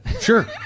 Sure